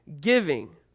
giving